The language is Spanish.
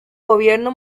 gobierno